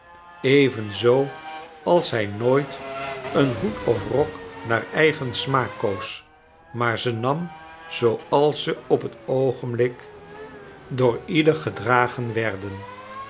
evenzoo als hij nooit een hoed of rok naar eigen smaak koos maar ze nam zooals ze op t oogenblik door ieder gedragen werden